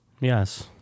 yes